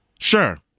sure